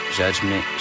judgment